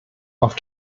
auf